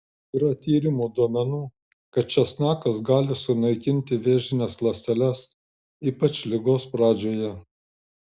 yra tyrimų duomenų kad česnakas gali sunaikinti vėžines ląsteles ypač ligos pradžioje